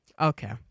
okay